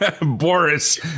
Boris